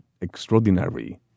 extraordinary